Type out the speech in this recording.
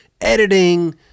editing